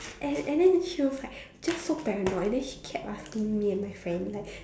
and and then she was like just so paranoid and then she kept asking me and my friend like